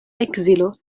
ekzilo